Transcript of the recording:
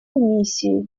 миссии